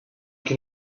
can